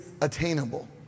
attainable